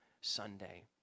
Sunday